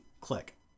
Click